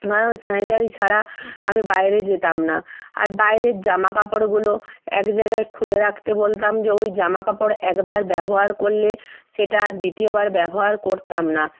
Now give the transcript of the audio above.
কারণ স্যানিটারি ছাড়া আমি বাইরে যেতাম না আর বাইরের জামা কাপড়গুলো এক জায়গায় খুলে রাকতে বলতাম যে ওই জামা কাপড় একবার ব্যবহার করলে সেটা আর দ্বিতীয়বার ব্যবহার করতাম না